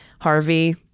Harvey